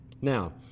Now